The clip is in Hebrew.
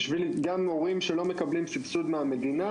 גם הורים שלא מקבלים סבסוד מהמדינה,